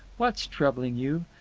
what's troubling you?